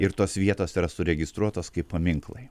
ir tos vietos yra suregistruotos kaip paminklai